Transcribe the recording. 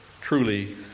truly